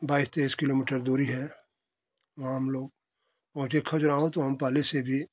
बाईस तेईस किलोमीटर दूरी है वहाँ हम लोग पहुँचे खजुराहो तो हम पहले से भी